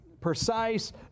precise